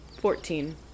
Fourteen